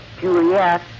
Juliet